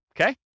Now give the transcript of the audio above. okay